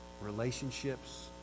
relationships